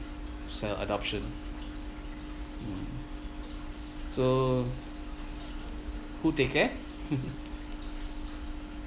sell adoption mm so who take care